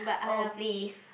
oh please